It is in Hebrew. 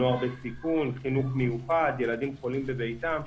נוער בסיכון, חינוך מיוחד, ילדים חולים בביתם.